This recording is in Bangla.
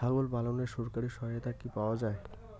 ছাগল পালনে সরকারি সহায়তা কি পাওয়া যায়?